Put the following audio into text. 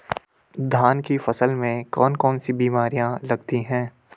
धान की फसल में कौन कौन सी बीमारियां लगती हैं?